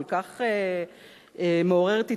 כל כך מעוררת התקוממות,